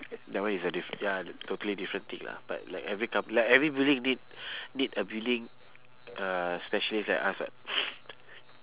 that one is a diff~ ya totally different thing lah but like every company like every building need need a building uh specialist like us [what]